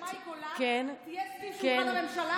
חשוב לי שמאי גולן תהיה סביב שולחן הממשלה.